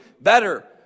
better